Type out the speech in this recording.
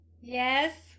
Yes